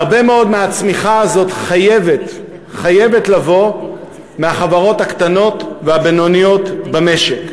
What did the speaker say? הרבה מאוד מהצמיחה הזאת חייבת לבוא מהחברות הקטנות והבינוניות במשק.